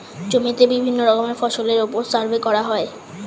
জমিতে বিভিন্ন রকমের ফসলের উপর সার্ভে করা হয়